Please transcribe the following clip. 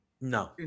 No